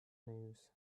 news